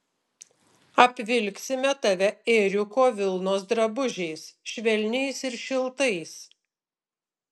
apvilksime tave ėriuko vilnos drabužiais švelniais ir šiltais